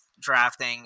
drafting